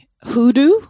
hoodoo